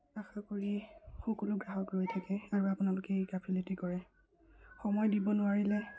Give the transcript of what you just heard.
আশা কৰি সকলো গ্ৰাহক ৰৈ থাকে আৰু আপোনালোকে এই গাফিলতি কৰে সময় দিব নোৱাৰিলে